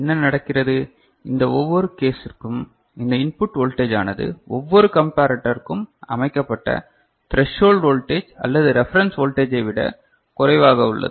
என்ன நடக்கிறது இந்த ஒவ்வொரு கேஸ் இருக்கும் இந்த இன்புட் வோல்டேஜ் ஆனது ஒவ்வொரு கம்பேரட்டர்க்கும் அமைக்கப்பட்ட த்ரசோல்டு வோல்டேஜ் அல்லது ரெஃபரன்ஸ் வோல்டேஜ் ஐ விட குறைவாக உள்ளது